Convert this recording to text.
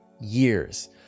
years